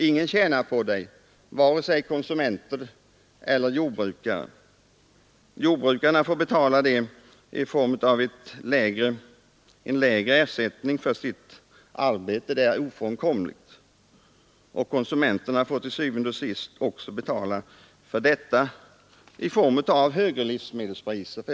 Ingen tjänar på det, vare sig konsumenter eller jordbrukare. Jordbrukarna får betala i form av lägre ersättning för sitt arbete — det är ofrånkomligt — och konsumenterna får til syvende og sidst betala i form av högre livsmedelspriser.